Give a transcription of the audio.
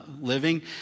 living